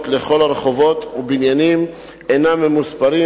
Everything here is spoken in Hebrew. לכל הרחובות ובניינים אינם ממוספרים,